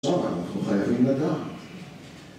אנחנו חייבים לדעת